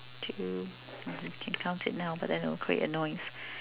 two can count it now but then it'll create a noise